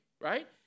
right